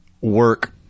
work